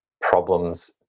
problems